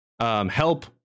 help